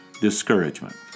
discouragement